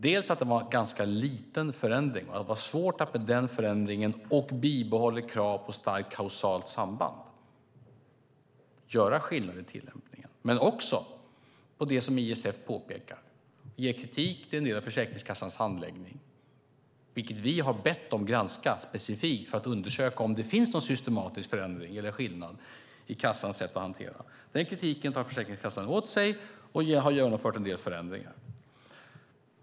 Det var en ganska liten förändring, och det var svårt att med den förändringen och bibehållet krav på starkt kausalt samband göra skillnad i tillämpningen. Som ISF påpekar gav man också kritik till en del av Försäkringskassans handläggning, vilket vi har bett dem granska specifikt för att undersöka om det finns någon systematisk förändring eller skillnad i kassans sätt att hantera detta. Den kritiken tar Försäkringskassan till sig, och de har genomfört en del förändringar.